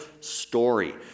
story